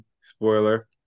Spoiler